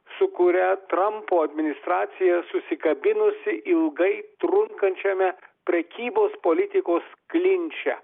su kuria trampo administracija susikabinusi ilgai trunkančiame prekybos politikos klinče